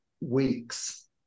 weeks